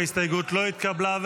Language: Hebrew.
ההסתייגות לא התקבלה.